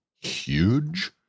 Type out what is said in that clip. huge